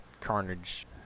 Carnage